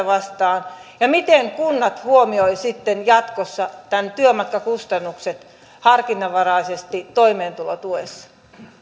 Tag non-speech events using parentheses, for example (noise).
(unintelligible) vastaan ja miten kunnat huomioivat sitten jatkossa nämä työmatkakustannukset harkinnanvaraisesti toimeentulotuessa